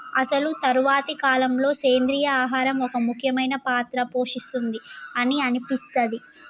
అసలు తరువాతి కాలంలో, సెంద్రీయ ఆహారం ఒక ముఖ్యమైన పాత్ర పోషిస్తుంది అని అనిపిస్తది